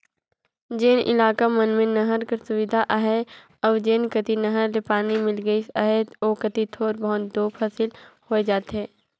जेन इलाका मन में नहर कर सुबिधा अहे अउ जेन कती नहर ले पानी मिल गइस अहे ओ कती थोर बहुत दो फसिल होए जाथे